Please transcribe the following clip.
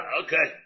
okay